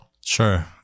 Sure